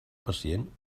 pacient